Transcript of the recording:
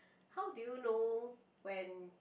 how do you know when